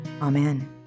Amen